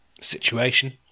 situation